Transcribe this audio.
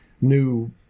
new